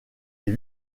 les